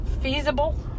feasible